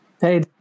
Hey